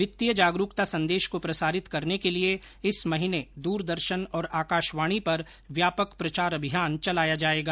वित्तीय जागरूकता संदेश को प्रसारित करने के लिए इस महीने दूरदर्शन और आकाशवाणी पर व्यापक प्रचार अभियान चलाया जाएगा